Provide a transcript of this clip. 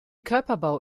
körperbau